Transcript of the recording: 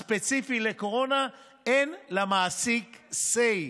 ספציפי לקורונה, אין למעסיק say,